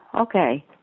okay